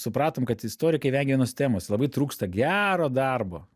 supratom kad istorikai vengia vienos temos labai trūksta gero darbo